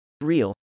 real